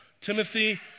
Timothy